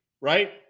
Right